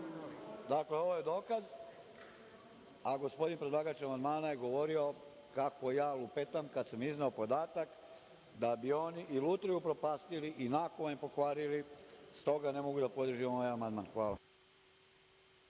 Dakle, ovo je dokaz, a gospodin predlagač amandmana je govorio kako ja lupetam kada sam izneo podatak da bi on i Lutriju upropastio i nakovanj pokvario, pa stoga ne mogu da podržim ovaj amandman. Hvala.